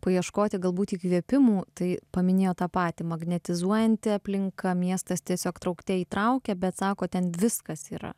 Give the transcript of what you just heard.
paieškoti galbūt įkvėpimų tai paminėjo tą patį magnetizuojanti aplinka miestas tiesiog traukte įtraukia bet sako ten viskas yra